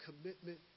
commitment